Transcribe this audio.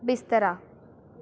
ਬਿਸਤਰਾ